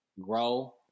grow